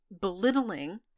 belittling